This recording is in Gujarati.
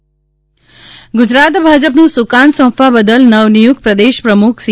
પાટીલ ગુજરાત ભાજપનું સુકાન સોંપવા બદલ નવનિયુક્ત પ્રદેશ પ્રમુખ સી